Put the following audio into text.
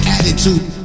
Attitude